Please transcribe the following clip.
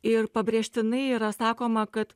ir pabrėžtinai yra sakoma kad